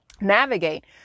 navigate